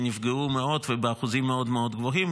שנפגעו מאוד ובאחוזים מאוד מאוד גבוהים,